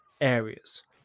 areas